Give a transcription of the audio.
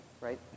right